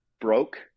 broke